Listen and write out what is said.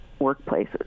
workplaces